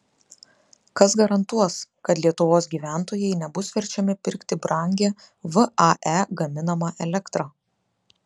kas garantuos kad lietuvos gyventojai nebus verčiami pirkti brangią vae gaminamą elektrą